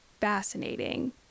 fascinating